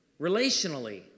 relationally